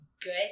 good